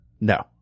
No